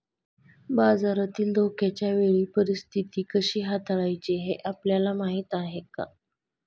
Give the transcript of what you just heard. बाजारातील धोक्याच्या वेळी परीस्थिती कशी हाताळायची हे आपल्याला माहीत आहे का?